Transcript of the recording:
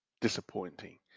disappointing